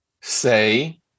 say